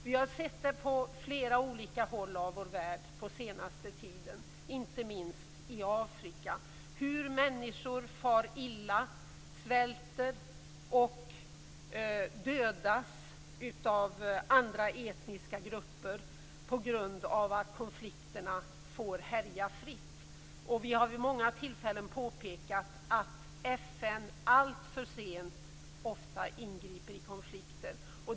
Vi har på flera olika håll i vår värld den senaste tiden, inte minst i Afrika, sett hur människor far illa, svälter och dödas av andra etniska grupper på grund av att konflikterna får härja fritt. Vi har vid många tillfällen påpekat att FN ofta alltför sent ingriper i konflikten.